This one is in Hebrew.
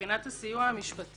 מבחינת הסיוע המשפטי,